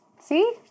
see